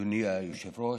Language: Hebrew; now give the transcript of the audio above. אדוני היושב-ראש,